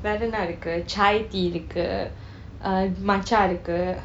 ~ இருக்கு:irukku chai tea இருக்கு:irukku matcha இருக்கு:irukku